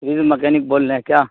freeze mechanic بول رہے ہیں کیا